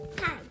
Hi